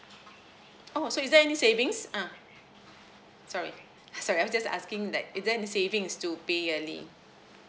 oh so is there any savings ah sorry sorry I was just asking that is there any savings to pay yearly